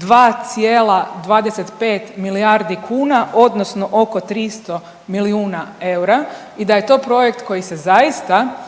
2,25 milijardi kuna odnosno oko 300 milijuna eura i da je to projekt koji se zaista